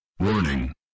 Warning